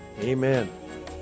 Amen